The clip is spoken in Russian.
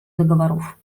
договоров